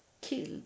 killed